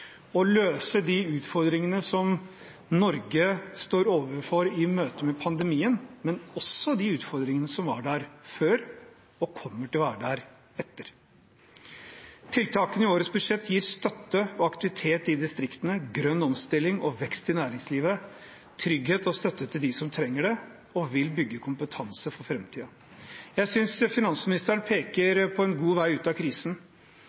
å løse de utfordringene som Norge står overfor i møte med pandemien, men også de utfordringene som var der før og kommer til å være der etterpå. Tiltakene i årets budsjett gir støtte og aktivitet i distriktene, grønn omstilling og vekst i næringslivet, trygghet og støtte til dem som trenger det, og vil bygge kompetanse for framtiden. Jeg synes finansministeren peker på en god vei ut av krisen: